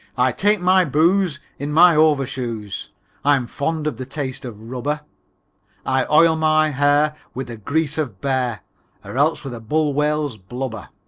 i take my booze in my overshoes i'm fond of the taste of rubber i oil my hair with the grease of bear or else with a bull whale's blubber.